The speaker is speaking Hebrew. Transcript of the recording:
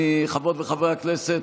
חברות וחברי הכנסת,